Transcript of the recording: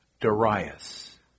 Darius